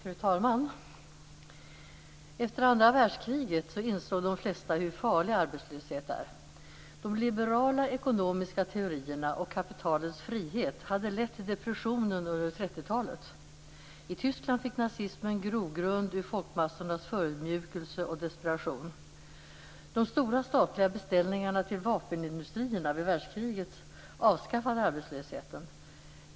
Fru talman! Efter andra världskriget insåg de flesta hur farligt det är med arbetslöshet. De liberala ekonomiska teorierna och kapitalets frihet hade lett till depressionen under 30-talet. I Tyskland fick nazismen grogrund ur folkmassornas förödmjukelse och desperation. De stora statliga beställningarna till vapenindustrierna vid världskriget avskaffade arbetslösheten.